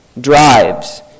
drives